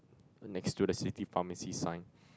next to the city pharmacy sign